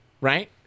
Right